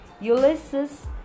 Ulysses